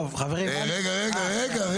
רגע,